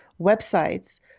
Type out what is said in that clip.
websites